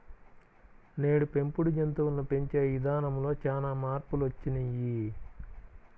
నేడు పెంపుడు జంతువులను పెంచే ఇదానంలో చానా మార్పులొచ్చినియ్యి